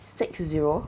six zero